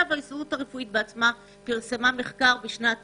ההסתדרות הרפואית בעצמה פרסמה מחקר בשנת